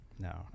No